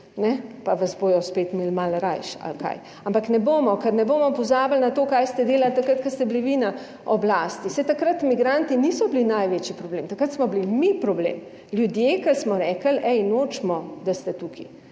pa vas bodo spet imeli malo rajši - ali kaj? Ampak ne bomo, ker ne bomo pozabili na to, kaj ste delali takrat, ko ste bili vi na oblasti. Saj takrat migranti niso bili največji problem, takrat smo bili mi problem, ljudje, ki smo rekli, ej, nočemo, da ste tukaj